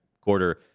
quarter